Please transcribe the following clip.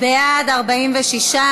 בעד, 46,